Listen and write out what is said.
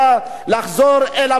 לארץ המוצא שלהם.